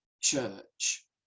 church